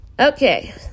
Okay